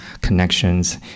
connections